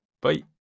Bye